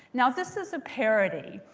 now this is a parody.